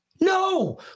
No